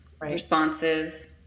responses